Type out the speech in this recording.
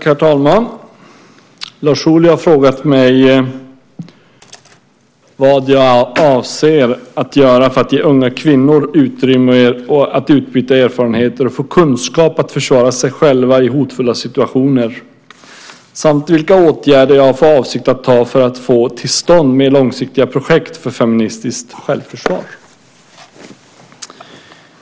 Herr talman! Lars Ohly har frågat mig vad jag avser att göra för att ge unga kvinnor utrymme att utbyta erfarenheter och få kunskap att försvara sig själva i hotfulla situationer samt vilka åtgärder jag har för avsikt att vidta för att få till stånd mer långsiktiga projekt för feministiskt självförsvar.